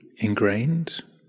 ingrained